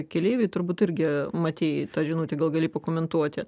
keleiviai turbūt irgi matei tą žinutę gal gali pakomentuoti